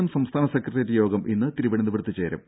M സംസ്ഥാന secretariat യോഗം ഇന്ന് തിരുവനന്തപുരത്ത് ചേരും